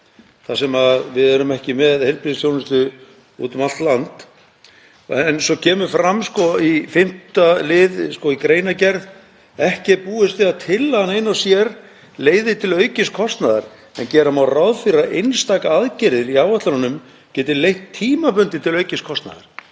þar sem við erum ekki með heilbrigðisþjónustu út um allt land. Svo kemur fram í 5. lið í greinargerð: „Ekki er búist við að tillagan ein og sér leiði til aukins kostnaðar en gera má ráð fyrir að einstaka aðgerðir í áætlunum geti leitt tímabundið til aukins kostnaðar.“